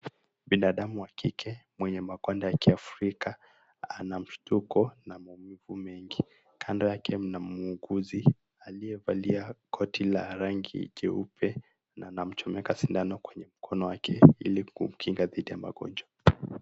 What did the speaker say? Binadamu wa kike mwenye magwanda ya Kiafrika anamshutuko na maumivu mengi, kando yake mna muuguzi aliyevalia koti la rangi jeupe na anamuchomeka sindano kwenye mkono wake ili kumukinga dhidi ya magonjwa.